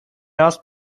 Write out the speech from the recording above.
asked